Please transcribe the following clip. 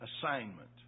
assignment